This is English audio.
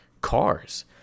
cars